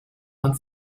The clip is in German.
man